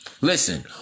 Listen